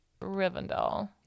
Rivendell